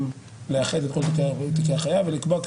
אם לאחד את כל תיקי החייב ולקבוע כי